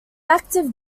active